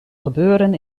gebeuren